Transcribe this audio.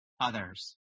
others